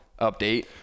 update